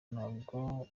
ntabwo